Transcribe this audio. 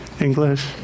English